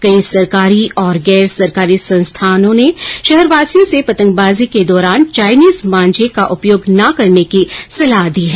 कई सरकारी और गैर सरकारी संस्थाओं ने शहरवासियों से पतंगबाजी के दौरान चाईनीज मांझे का उपयोग ना करने की सलाह दी है